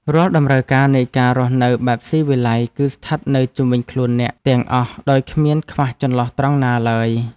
រាល់តម្រូវការនៃការរស់នៅបែបស៊ីវិល័យគឺស្ថិតនៅជុំវិញខ្លួនអ្នកទាំងអស់ដោយគ្មានខ្វះចន្លោះត្រង់ណាឡើយ។